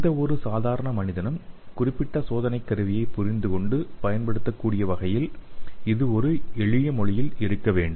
எந்தவொரு சாதாரண மனிதனும் குறிப்பிட்ட சோதனைக் கருவியைப் புரிந்துகொண்டு பயன்படுத்தக்கூடிய வகையில் இது ஒரு எளிய மொழியில் இருக்க வேண்டும்